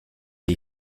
les